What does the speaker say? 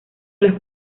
las